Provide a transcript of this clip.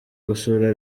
gusura